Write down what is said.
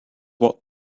what